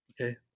Okay